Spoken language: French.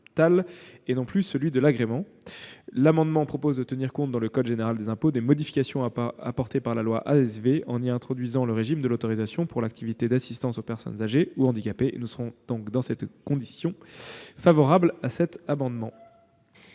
et non plus celui de l'agrément. Les auteurs de cet amendement proposent de tenir compte, dans le code général des impôts, des modifications apportées par la loi ASV en y introduisant le régime de l'autorisation pour l'activité d'assistance aux personnes âgées ou handicapées. Dans ces conditions, le Gouvernement est favorable à cet amendement